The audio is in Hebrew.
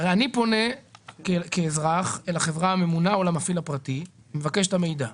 הרי אני פונה כאזרח אל החברה ממונה או אל המפעיל הפרטי ומבקש את המידע.